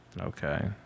okay